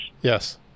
Yes